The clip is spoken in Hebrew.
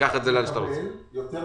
אני מנסה